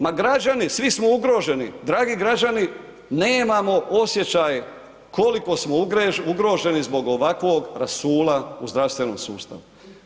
Ma građani, svi smo ugroženi, dragi građani nemamo osjećaj koliko smo ugroženi zbog ovakvog rasula u zdravstvenom sustavu.